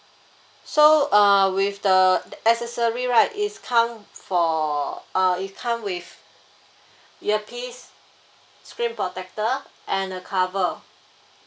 so uh with the accessory right is come for uh it come with earpiece screen protector and a cover